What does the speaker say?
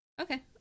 Okay